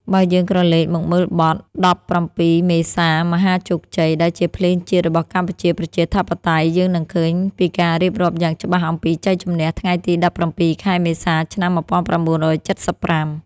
បើយើងក្រឡេកមកមើលបទ ដប់ប្រាំពីរមេសាមហាជោគជ័យ ដែលជាភ្លេងជាតិរបស់កម្ពុជាប្រជាធិបតេយ្យ យើងនឹងឃើញពីការរៀបរាប់យ៉ាងច្បាស់អំពីជ័យជម្នះថ្ងៃទី ១៧ ខែមេសា ឆ្នាំ ១៩៧៥។